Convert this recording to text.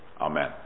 Amen